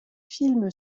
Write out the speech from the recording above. film